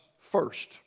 first